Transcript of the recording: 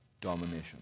domination